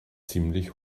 ziemlich